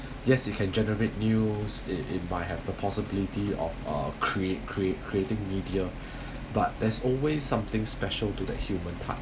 yes you can generate news it it might have the possibility of uh create create creating media but there's always something special to the human touch